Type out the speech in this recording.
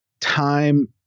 time